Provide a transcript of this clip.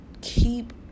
keep